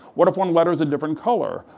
what if one letter is a different color?